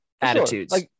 attitudes